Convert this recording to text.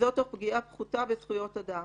וזאת תוך פגיעה פחותה בזכויות אדם.